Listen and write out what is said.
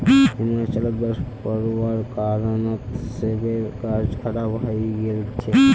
हिमाचलत बर्फ़ पोरवार कारणत सेबेर गाछ खराब हई गेल छेक